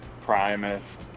Primus